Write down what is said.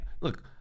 look